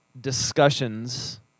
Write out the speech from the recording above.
discussions